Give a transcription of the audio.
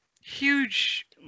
huge